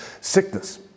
Sickness